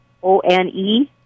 one